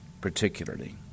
particularly